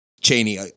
Cheney